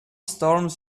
storms